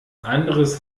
anderes